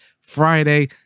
friday